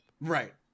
Right